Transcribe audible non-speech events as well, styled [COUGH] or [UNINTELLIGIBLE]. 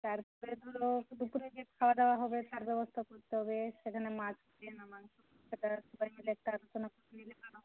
তারপরে ধরো দুপুরে কী খাওয়াদাওয়া হবে তার ব্যবস্থা করতে হবে সেখানে মাছ খাবে না মাংস [UNINTELLIGIBLE]